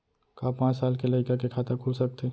का पाँच साल के लइका के खाता खुल सकथे?